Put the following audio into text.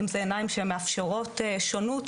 אם זה עיניים שמאפשרות שונות,